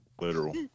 Literal